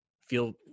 feel